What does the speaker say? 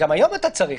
גם היום אתה צריך.